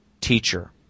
teacher